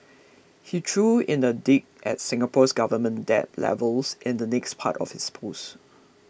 he threw in a dig at Singapore's government debt levels in the next part of his post